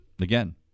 again